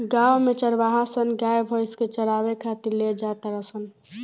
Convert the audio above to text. गांव में चारवाहा सन गाय भइस के चारावे खातिर ले जा तारण सन